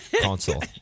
console